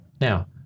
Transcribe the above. Now